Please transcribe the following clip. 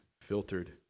filtered